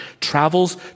travels